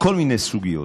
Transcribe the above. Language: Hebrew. כל מיני סוגיות,